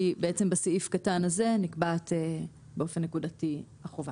בסעיף קטן זה נקבעת באופן נקודתי החובה.